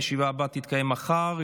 הישיבה הבאה תתקיים מחר,